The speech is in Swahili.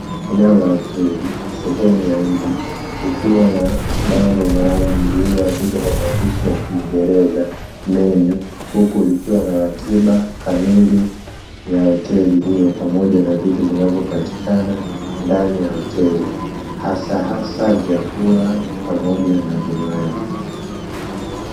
Eneo la hoteli sehemu ya nje kukiwa na bango maalumu lililoandikwa kwa maandishi ya kingereza menu, huku likiwa na ratiba kamili ya hoteli hiyo pamoja na vitu vinavyopatikana ndani ya hoteli, hasahasa vyakula pamoja na vinywaji.